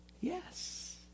Yes